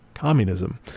Communism